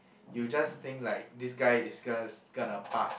you just think like this guy is just gonna pass